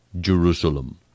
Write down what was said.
Jerusalem